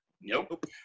Nope